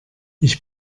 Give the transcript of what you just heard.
ich